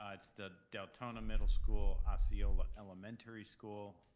ah it's the deltona middle school, osceola elementary school,